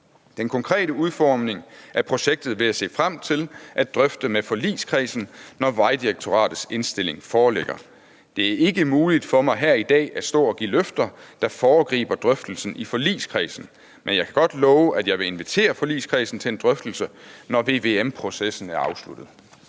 Den konkrete udformning af projektet vil jeg se frem til at drøfte med forligskredsen, når Vejdirektoratets indstilling foreligger. Det er ikke muligt for mig her i dag at stå og give løfter, der foregriber drøftelsen i forligskredsen, men jeg kan godt love, at jeg vil invitere forligskredsen til en drøftelse, når VVM-processen er afsluttet.